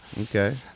Okay